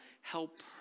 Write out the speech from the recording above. help